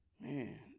man